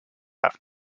have